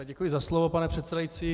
Děkuji za slovo, pane předsedající.